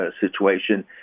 situation